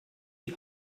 die